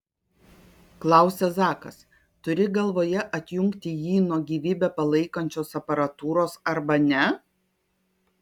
klausia zakas turi galvoje atjungti jį nuo gyvybę palaikančios aparatūros arba ne